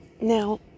now